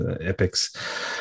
epics